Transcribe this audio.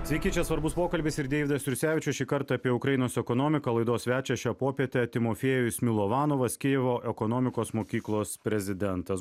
sveiki čia svarbus pokalbis ir deividas jursevičius šį kartą apie ukrainos ekonomiką laidos svečias šią popietę timofiejus milovanovas kijevo ekonomikos mokyklos prezidentas